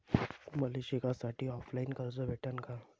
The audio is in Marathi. मले शिकासाठी ऑफलाईन कर्ज भेटन का?